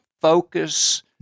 focus